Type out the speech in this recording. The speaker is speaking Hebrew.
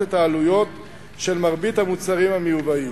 את העלויות של מרבית המוצרים המיובאים.